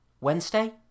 Wednesday